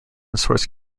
source